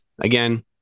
again